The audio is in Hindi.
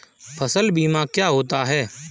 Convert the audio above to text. फसल बीमा क्या होता है?